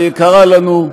היקרה לנו,